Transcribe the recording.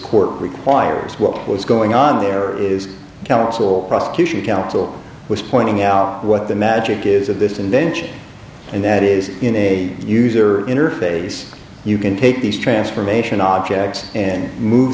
court requires what was going on there is kalil prosecution counsel was pointing out what the magic is of this and then and that is in a user interface you can take these transformation objects and move